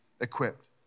equipped